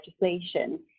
legislation